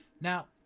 now